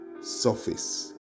surface